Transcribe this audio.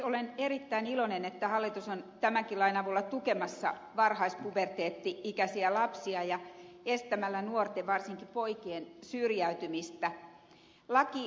olen erittäin iloinen että hallitus on tämänkin lain avulla tukemassa varhaispuberteetti ikäisiä lapsia ja estämässä nuorten varsinkin poikien syrjäytymistä